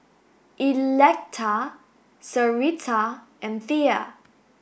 Electa Sarita and Thea